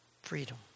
Freedom